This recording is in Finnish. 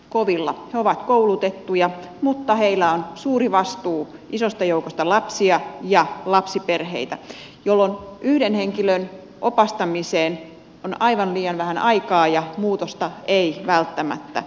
he ovat koulutettuja mutta heillä on suuri vastuu isosta joukosta lapsia ja lapsiperheitä jolloin yhden henkilön opastamiseen on aivan liian vähän aikaa ja muutosta ei välttämättä synny